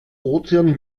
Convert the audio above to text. ozean